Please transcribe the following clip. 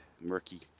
murky